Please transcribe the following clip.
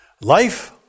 Life